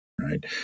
right